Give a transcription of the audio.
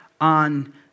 on